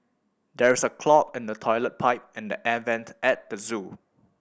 there is a clog in the toilet pipe and the air vents at the zoo